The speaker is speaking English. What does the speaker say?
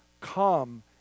come